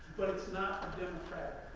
but it's not democratic.